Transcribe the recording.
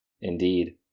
Indeed